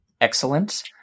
Excellent